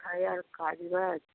কোথায় আর কাজ বাজ